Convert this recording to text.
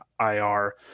IR